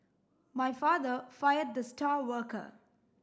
my father fired the star worker